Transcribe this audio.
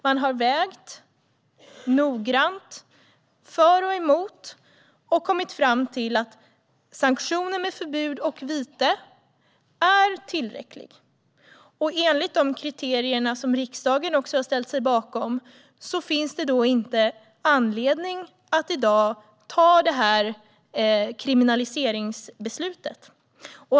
Man har noggrant vägt för och emot och kommit fram till att sanktioner med förbud och vite är tillräckligt. Enligt de kriterier som riksdagen har ställt sig bakom finns det inte anledning att i dag fatta ett kriminaliseringsbeslut.